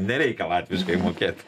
nereikia latviškai mokėt